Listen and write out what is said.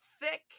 Thick